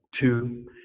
Two